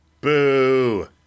Boo